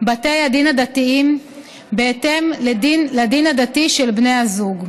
בתי הדין הדתיים בהתאם לדין הדתי של בני הזוג,